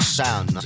sound